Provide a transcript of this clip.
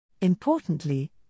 Importantly